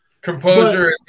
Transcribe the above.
Composure